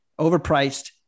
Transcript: overpriced